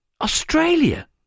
Australia